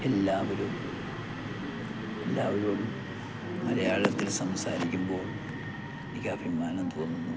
എല്ലാവരും എല്ലാവരോടും മലയാളത്തിൽ സംസാരിക്കുമ്പോൾ എനിക്ക് അഭിമാനം തോന്നുന്നു